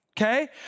Okay